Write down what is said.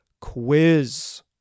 quiz